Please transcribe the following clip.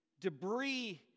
Debris